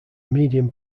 medium